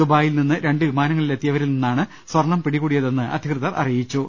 ദുബായിൽ നിന്ന് രണ്ടു വിമാനങ്ങളിലെത്തിയവരിൽ നിന്നാണ് സ്വർണ്ണം പിടികൂടിയതെന്ന് അധികൃതർ അറിയിച്ചു